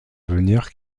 venir